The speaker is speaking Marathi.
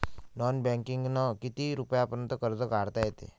नॉन बँकिंगनं किती रुपयापर्यंत कर्ज काढता येते?